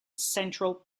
central